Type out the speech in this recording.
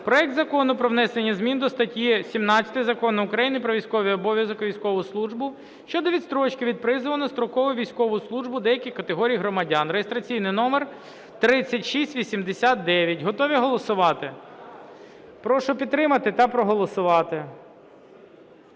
проекту Закону про внесення зміни до статті 17 Закону України "Про військовий обов'язок і військову службу" щодо відстрочки від призову на строкову військову службу деяких категорій громадян (реєстраційний номер 3689). Готові голосувати? Прошу підтримати та проголосувати.